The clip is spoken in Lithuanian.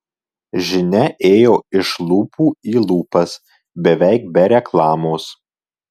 žinia ėjo iš lūpų į lūpas beveik be reklamos